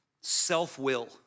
self-will